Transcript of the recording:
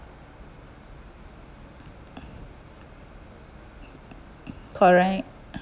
correct